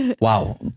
Wow